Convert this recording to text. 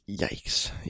Yikes